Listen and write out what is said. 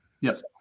Yes